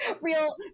real